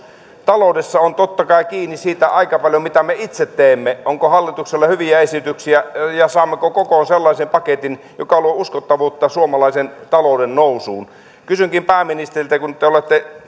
taloudessa on totta kai kiinni aika paljon siitä mitä me itse teemme onko hallituksella hyviä esityksiä ja saammeko kokoon sellaisen paketin joka luo uskottavuutta suomalaisen talouden nousuun kysynkin pääministeriltä kun te olette